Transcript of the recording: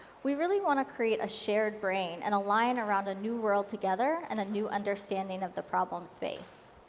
we really want to create a shared brain and align around a new world together and a new understanding of the problem space.